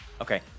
Okay